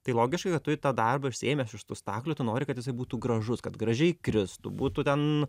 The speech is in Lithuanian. tai logiška kad tu i tą darbą išsiėmęs iš tų staklių tu nori kad jisai būtų gražus kad gražiai kristų būtų ten